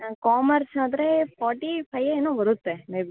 commerce ಆದರೆ forty five ಏನೋ ಬರುತ್ತೆ ಮೇ ಬಿ